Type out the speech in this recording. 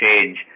change